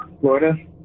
Florida